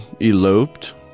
eloped